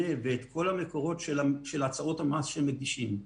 ולגדול ולגדול.